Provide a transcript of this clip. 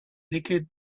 liquid